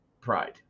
pride